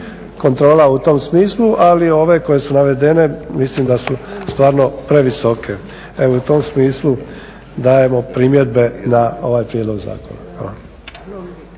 kontrola u tom smislu ali ove koje su navedene mislim da su stvarno previsoke. Evo i u tom smislu dajemo primjedbe na ovaj prijedlog zakona.